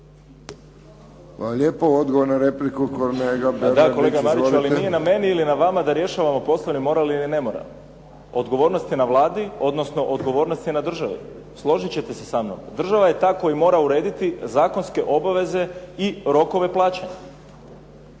Davor (SDP)** Pa da, kolega Mariću, ali nije na meni ili na vama da rješavamo poslovni moral ili nemoral, odgovornost je na Vladi, odnosno odgovornost je na državi. Složiti ćete se samnom. Država je ta koja mora urediti zakonske obaveze i rokove plaćanja.